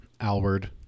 Alward